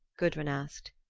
gudrun asked.